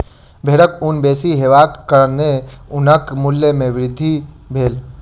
भेड़क ऊन बेसी हेबाक कारणेँ ऊनक मूल्य में बहुत वृद्धि भेल